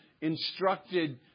instructed